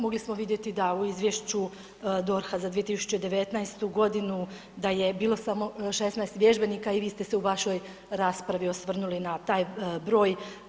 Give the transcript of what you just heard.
Mogli smo vidjeti da u Izvješću DORH-a za 2019. g. da je bilo samo 16 vježbenika i vi ste se u vašoj raspravi osvrnuli na taj broj.